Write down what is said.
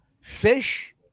Fish